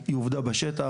היא עובדה בשטח.